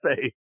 say